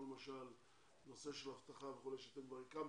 למשל נושא של אבטחה וכולי שאתם כבר הקמתם.